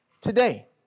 today